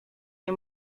nie